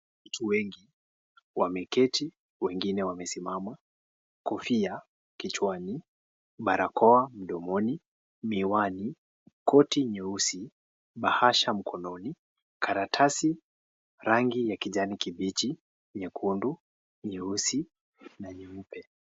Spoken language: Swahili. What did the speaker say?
Watu wengi wameketi, wengine wamesimama. Kofia kichwani, barakoa mdomoni, miwani koti nyeusi, bahasha mkononi, karatasi rangi ya kijani kibichi, nyekundu, nyeusi na nyeupe.